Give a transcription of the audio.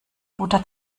butter